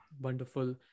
wonderful